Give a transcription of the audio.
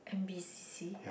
N_p_c_C